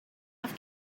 off